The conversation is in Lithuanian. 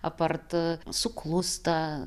apart suklusta